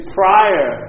prior